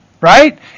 right